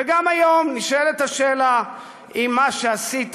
וגם היום נשאלת השאלה אם מה שעשית,